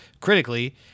critically